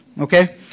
okay